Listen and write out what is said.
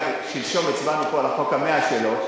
ששלשום הצבענו פה על החוק ה-100 שלו,